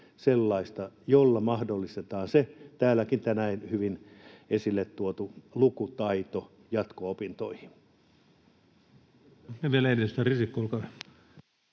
sellaista, jolla mahdollistetaan se täälläkin tänään hyvin esille tuotu lukutaito jatko-opintoihin?